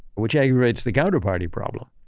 which aggravates the counter party problem.